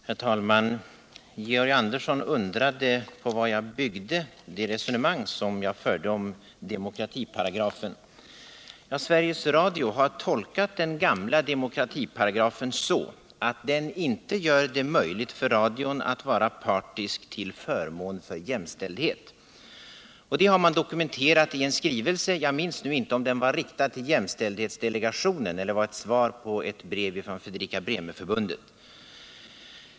Herr talman! Georg Andersson undrade på vad jag byggde det resonemang som jag fört om demokratiparagrafen. Sveriges Radio har tolkat den gamla demokratiparagrafen så att den inte gör det möjligt för radion att vara partisk till förmån för jämställdhet. Det har man dokumenterat i en skrivelse; jag minns nu inte om den var riktad till jämställdhetsdelegationen eller var ett svar på ett brev från Fredrika-Bremer-förbundet.